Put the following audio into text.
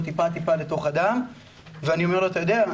טיפה-טיפה לתוך הדם ואני אומר לו 'אתה יודע,